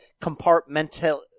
compartmental